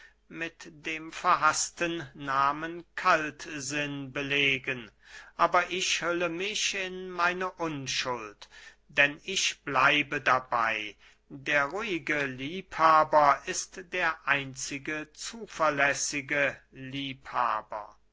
mit dem verhaßten nahmen kaltsinn belegen aber ich hülle mich in meine unschuld denn ich bleibe dabey der ruhige liebhaber ist der einzige zuverlässige liebhaber